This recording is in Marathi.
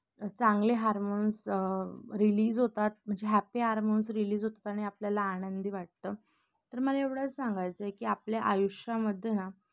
चांगले हार्मोन्स रिलीज होतात म्हणजे हॅप्पी हार्मोन्स रिलीज होतात आणि आपल्याला आनंदी वाटतं तर मला एवढंच सांगायचं आहे की आपल्या आयुष्यामध्ये ना